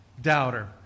Doubter